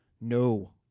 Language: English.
No